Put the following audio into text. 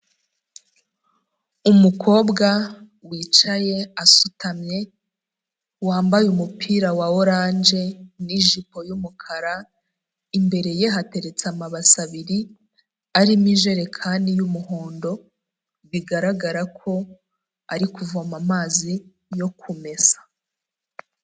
Umukobwa wicaye asutamye, wambaye umupira wa orange n'ijipo y'umukara, imbere ye hateretse amabasi abiri, arimo ijerekani y'umuhondo, bigaragara ko ari kuvoma amazi yo kumesa.